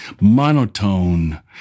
monotone